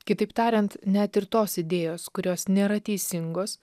kitaip tariant net ir tos idėjos kurios nėra teisingos